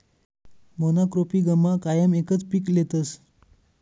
मोनॉक्रोपिगमा कायम एकच पीक लेतस